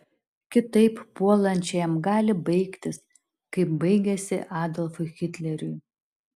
kitaip puolančiajam gali baigtis kaip baigėsi adolfui hitleriui